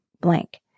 blank